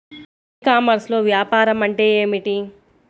ఈ కామర్స్లో వ్యాపారం అంటే ఏమిటి?